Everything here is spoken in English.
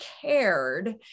cared